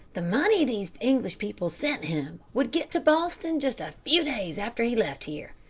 the money these english people sent him would get to boston just a few days after he left here.